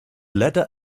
letter